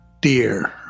dear